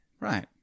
Right